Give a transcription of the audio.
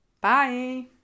bye